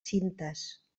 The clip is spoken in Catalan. cintes